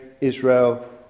Israel